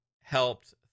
helped